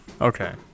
Okay